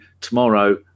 tomorrow